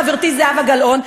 חברתי זהבה גלאון,